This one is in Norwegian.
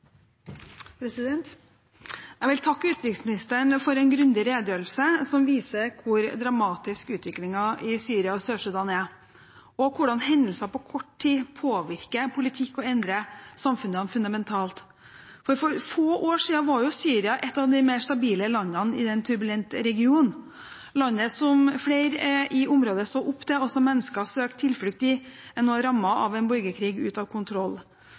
Jeg vil takke utenriksministeren for en grundig redegjørelse som viser hvor dramatisk utviklingen i Syria og Sør-Sudan er, og hvordan hendelser på kort tid påvirker politikk og endrer samfunnene fundamentalt. For få år siden var Syria et av de mer stabile landene i en turbulent region. Landet som flere i området så opp til, og som mennesker søkte tilflukt i, er nå rammet av en borgerkrig ute av kontroll.